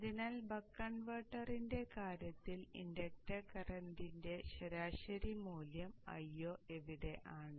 അതിനാൽ ബക്ക് കൺവെർട്ടറിന്റെ കാര്യത്തിൽ ഇൻഡക്ടർ കറന്റിന്റെ ശരാശരി മൂല്യം Io എവിടെ ആണ്